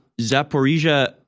Zaporizhia